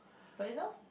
potato